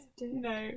No